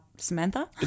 Samantha